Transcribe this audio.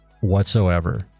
whatsoever